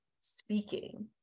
speaking